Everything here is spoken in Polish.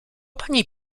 pani